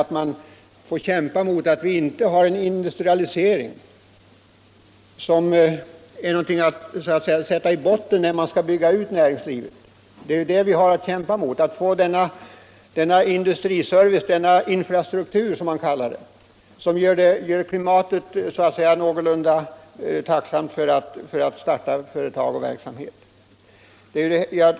Där har t.ex. inte skett tillräcklig industrialisering som så att säga är någonting att sätta i botten när man skall bygga ut näringslivet och lägga en god grund för ekonomin. Man får alltså kämpa vidare för att få den industriservice — den infrastruktur, som man kallar det — som gör klimatet någorlunda tjänligt för att starta företag osv.